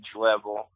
level